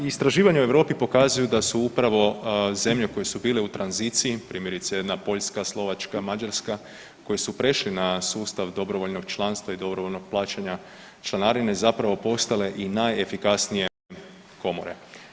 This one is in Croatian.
Istraživanja u Europi pokazuju da su upravo zemlje koje su bile u tranziciji, primjerice jedna Poljska, Slovačka, Mađarska, koji su prešli na sustav dobrovoljnog članstva i dobrovoljnog plaćanja članarine zapravo postale i najefikasnije Komore.